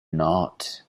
not